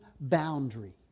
boundary